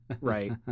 right